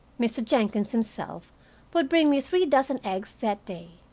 mr. jenkins himself would bring me three dozen eggs that day.